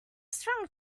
strong